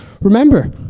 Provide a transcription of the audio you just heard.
remember